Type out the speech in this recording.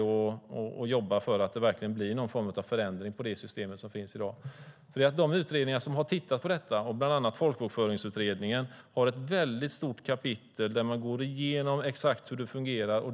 fram och jobba för att det verkligen blir någon form av förändring i dagens system. Bland annat Folkbokföringsutredningen har tittat på frågan, och där finns ett stort kapitel som går igenom exakt hur det fungerar.